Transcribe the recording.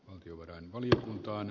valtiovarainvaliokuntaan